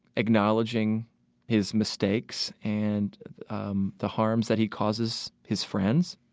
acknowledging his mistakes and um the harms that he causes his friends,